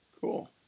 Cool